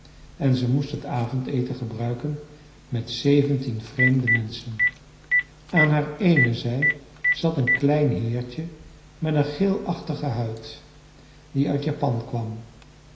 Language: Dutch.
en ze moest het avondeten gebruiken met zeventien vreemde menschen aan haar eene zij zat een klein heertje met een geelachtige huid die uit japan kwam